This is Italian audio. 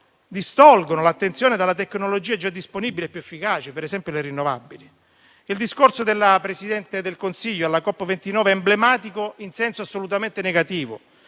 distolgono l'attenzione dalle tecnologie già disponibili e più efficaci, per esempio, le rinnovabili. Il discorso della Presidente del Consiglio alla COP29 è emblematico in senso assolutamente negativo.